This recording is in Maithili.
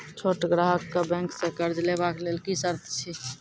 छोट ग्राहक कअ बैंक सऽ कर्ज लेवाक लेल की सर्त अछि?